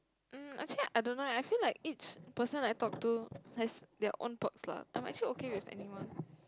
mm actually I don't know eh I feel like each person I talk to has their own perks lah I am actually okay with anyone